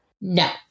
No